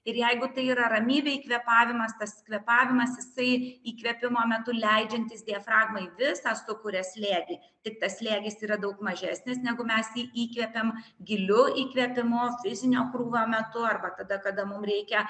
ir jeigu tai yra ramybėj kvėpavimas tas kvėpavimas jisai įkvėpimo metu leidžiantis diafragmai visą sukuria slėgį tik tas slėgis yra daug mažesnis negu mes įkvepiam giliu įkvėpimu fizinio krūvio metu arba tada kada mum reikia